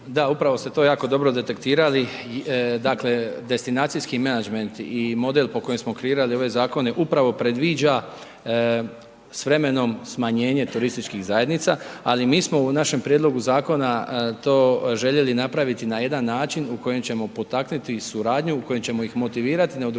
Da, upravo ste to jako dobro detektirali, dakle, destinacijski menadžment i model po kojem smo kreirali ovaj zakone upravo predviđa s vremenom smanjenje turističkih zajednica, ali mi smo u nađem prijedlogu zakona to željeli napraviti na jedan način u kojem ćemo potaknuti suradnju, u kojem ćemo ih motivirati na udruživanje.